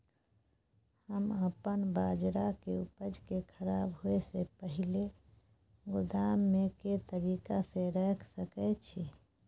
हम अपन बाजरा के उपज के खराब होय से पहिले गोदाम में के तरीका से रैख सके छी?